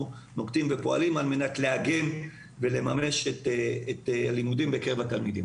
פועלים על מנת לממש את הלימודים בקרב התלמידים.